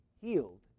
healed